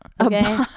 okay